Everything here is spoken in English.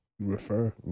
refer